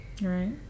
Right